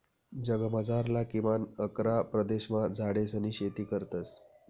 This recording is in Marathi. जगमझारला किमान अकरा प्रदेशमा झाडेसनी शेती करतस